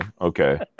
okay